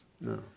No